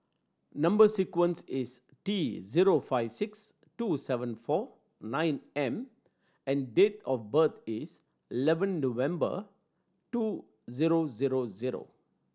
number sequence is T zero five six two seven four nine M and date of birth is eleven November two zero zero zero